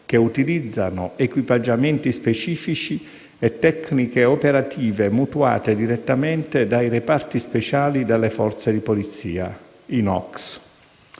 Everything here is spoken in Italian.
che utilizzano equipaggiamenti specifici e tecniche operative mutuate direttamente dai reparti speciali delle forze di polizia, i NOCS.